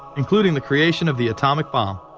including the creation of the atomic bomb.